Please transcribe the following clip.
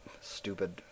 stupid